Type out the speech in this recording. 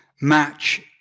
match